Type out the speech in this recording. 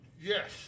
Yes